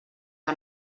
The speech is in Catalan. que